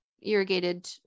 irrigated